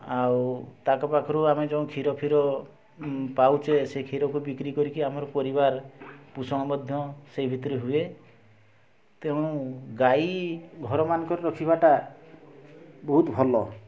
ଆଉ ତାଙ୍କ ପାଖରୁ ଆମେ ଯେଉ କ୍ଷୀର ଫିର ପାଉଛେ ସେ କ୍ଷୀରକୁ ବିକ୍ରି କରିକି ଆମର ପରିବାର ପୋଷଣ ମଧ୍ୟ ସେଇ ଭିତରେ ହୁଏ ତେଣୁ ଗାଈ ଘର ମାନଙ୍କରେ ରଖିବାଟା ବହୁତ ଭଲ